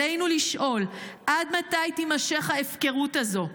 עלינו לשאול: עד מתי תימשך ההפקרות הזו?